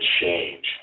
change